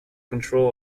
control